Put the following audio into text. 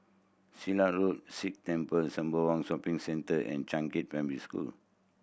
Silat Road Sikh Temple Sembawang Shopping Centre and Changkat Primary School